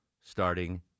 starting